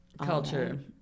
culture